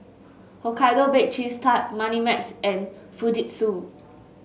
Hokkaido Baked Cheese Tart Moneymax and Fujitsu